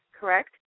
correct